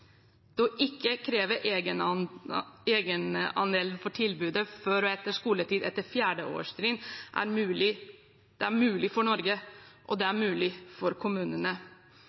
Det å ikke kreve egenandel for tilbudet før og etter skoletid etter 4. årstrinn er mulig for Norge, og det er mulig for kommunene.